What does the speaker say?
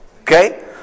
Okay